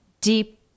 deep